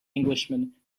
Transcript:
englishman